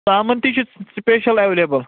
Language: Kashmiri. ژامن تہِ چھِ سُپیٚشل ایٚولیبٕل